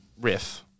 riff